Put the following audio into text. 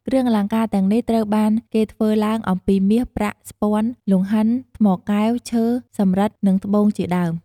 គ្រឿងអលង្ការទាំងនេះត្រូវបានគេធ្វើឡើងអំពីមាស ប្រាក់ ស្ព័ន លង្ហិន ថ្មកែវ ឈើ សំរិទ្ធ និងត្បូងជាដើម។